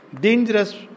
dangerous